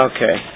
Okay